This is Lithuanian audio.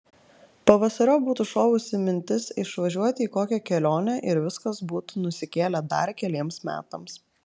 pavasariop būtų šovusi mintis išvažiuoti į kokią kelionę ir viskas būtų nusikėlę dar keliems metams